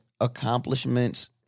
accomplishments